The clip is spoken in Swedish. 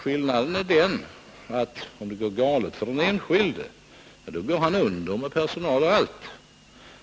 Skillnaden är bara den att om det går galet för den enskilde, så går han under med personal och allt,